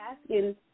asking